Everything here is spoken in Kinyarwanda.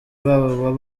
babo